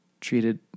treated